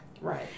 Right